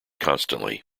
constantly